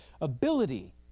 ability